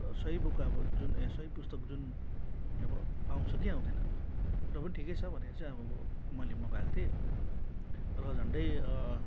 अब सही बुक अब जुन सही पुस्तक जुन अब आउँछ कि आउँदैन अब र पनि ठिकै छ भनेर चाहिँ अब मैले मगाएको थिएँ र झन्डै